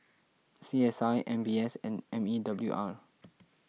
C S I M B S and M E W R